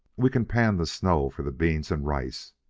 we can pan the snow for the beans and rice.